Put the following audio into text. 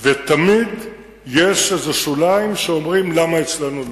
תמיד יש איזה שוליים שאומרים: למה אצלנו לא?